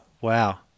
Wow